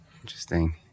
Interesting